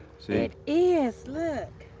is look,